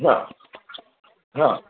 हां हां